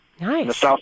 Nice